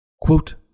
Quote